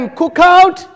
cookout